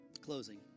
Closing